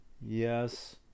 yes